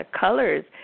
colors